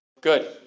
Good